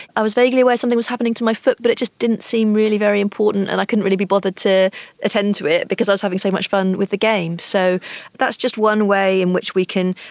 i was vaguely aware something was happening to my foot but it just didn't seem really very important and i couldn't really be bothered to attend to it because i was having so much fun with the game. so that's just one way in which we can,